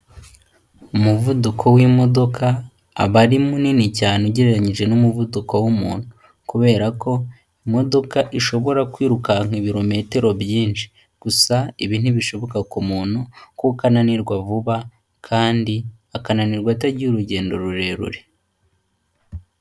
Umuvuduko w'imodoka aba ari munini cyane ugereranyije n'umuvuduko w'umuntu kubera ko imodoka ishobora kwirukanka ibirometero byinshi, gusa ibi ntibishoboka ku muntu kuko ananirwa vuba kandi akananirwa atagiye urugendo rurerure.